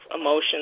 emotions